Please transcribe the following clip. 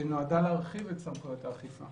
שנועדה להרחיב את סמכויות האכיפה